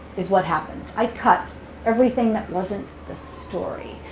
is what happened. i cut everything that wasn't the story.